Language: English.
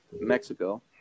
Mexico